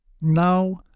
Now